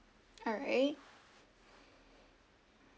alright